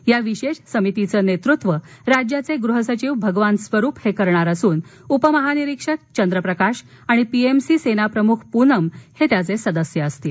या विशेष समितीचे नेतृत्व राज्याचे गृह सचिव भगवान स्वरूप करणार असून उपमहानिरीक्षक चंद्रप्रकाश आणि पीएसी सेनाप्रमुख पूनम हे सदस्य आहेत